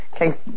Okay